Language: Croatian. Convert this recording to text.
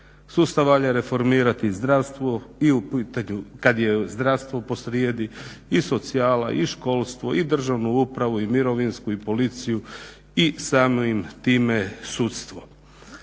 Sustav valja reformirati, zdravstvo i u pitanju kad je zdravstvo posrijedi i socijala i školstvo i državnu upravu i mirovinsko i policiju i samim time sudstvo.